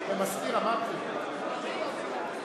אדוני היושב-ראש,